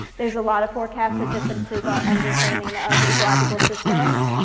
there's a lot of forecasts that just improve our understanding of ecological systems,